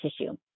tissue